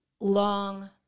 long